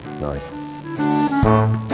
Nice